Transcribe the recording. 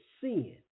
sin